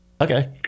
Okay